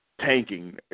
tanking